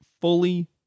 fully